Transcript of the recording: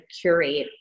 curate